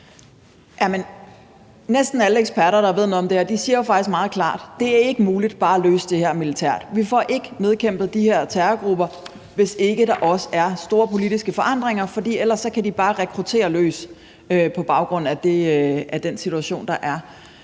Næsten alle eksperter, der ved noget om det her, siger jo faktisk meget klart, at det ikke er muligt bare at løse det her militært, og at vi ikke får nedkæmpet de her terrorgrupper, hvis ikke der også er store politiske forandringer. For ellers kan de bare rekruttere løs på baggrund af den situation, der er.